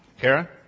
Kara